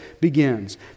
begins